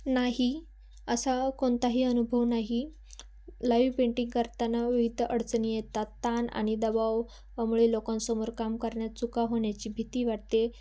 नाही असा कोणताही अनुभव नाही लाईव पेंटिंग करताना विविध अडचणी येतात ताण आणि दबाव मुळे लोकांसमोर काम करण्यात चुका होण्याची भीती वाटते